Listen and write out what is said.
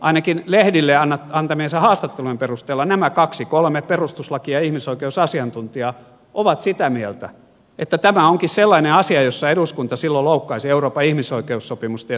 ainakin lehdille antamiensa haastattelujen perusteella nämä kaksi kolme perustuslaki ja ihmisoikeusasiantuntijaa ovat sitä mieltä että tämä onkin sellainen asia jossa eduskunta silloin loukkaisi euroopan ihmisoikeussopimusta ja suomen perustuslakia